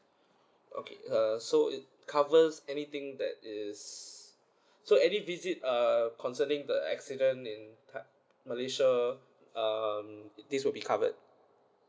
okay uh so it covers anything that is so any visit err concerning the accident in malaysia um this will be covered